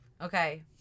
Okay